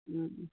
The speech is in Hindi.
हाँ